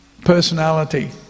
personality